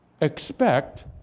Expect